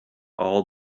all